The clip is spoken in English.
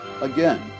Again